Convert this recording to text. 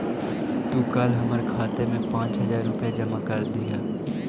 तू कल हमर खाते में पाँच हजार रुपए जमा करा दियह